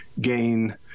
gain